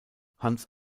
hans